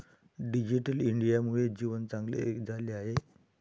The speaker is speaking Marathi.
डिजिटल इंडियामुळे जीवन चांगले झाले आहे